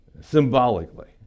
Symbolically